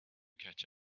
catch